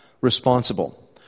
responsible